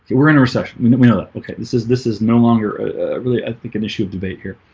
we're in a recession we know that. okay, this is this is no longer a really i think an issue of debate here.